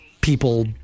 people